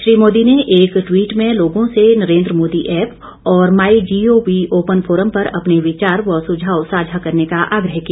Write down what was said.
श्री मोदी ने एक ट्वीट में लोगों से नरेन्द्र मोदी ऐप और my G O V open forum पर अपने विचार व सुझाव साझा करने का आग्रह किया